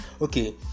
Okay